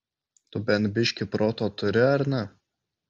tu bent biškį proto turi ar ne